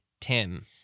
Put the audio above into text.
Tim